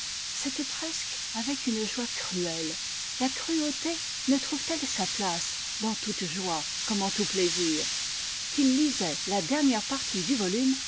c'était presque avec une joie cruelle la cruauté ne trouve-t-elle sa place dans toute joie comme en tout plaisir qu'il lisait la dernière partie du volume